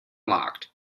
locked